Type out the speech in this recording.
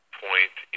point